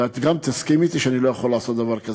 ואת גם תסכימי אתי שאני לא יכול לעשות דבר כזה.